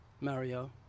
Mario